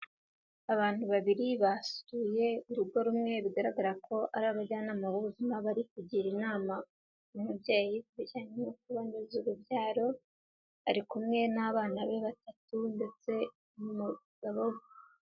Abantu babiri basuye urugo rumwe bigaragara ko ari abajyanama b'ubuzima bari kugira inama umubyeyi ku bijyanye no kuboneza urubyaro, ari kumwe n'abana be batatu ndetse n'umugabo we.